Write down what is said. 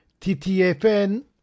TTFN